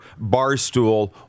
Barstool